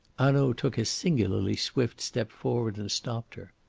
hanaud took a singularly swift step forward and stopped her.